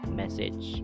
message